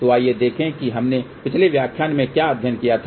तो आइए देखें कि हमने पिछले व्याख्यान में क्या अध्ययन किया था